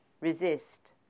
Resist